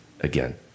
again